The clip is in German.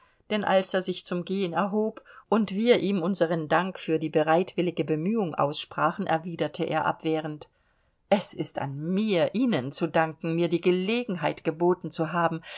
denn als er sich zum gehen erhob und wir ihm unseren dank für die bereitwillige bemühung aussprachen erwiderte er abwehrend es ist an mir ihnen zu danken mir die gelegenheit geboten zu haben